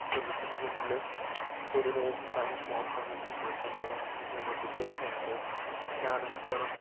सर्वप्रथम आपले कडून एक बँक फॉर्म भरून घेते त्यामध्ये आपले सगळे डिटेल्स असते त्यानंतर